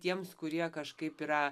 tiems kurie kažkaip yra